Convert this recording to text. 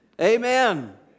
Amen